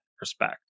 respect